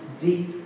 deep